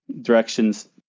directions